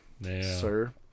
sir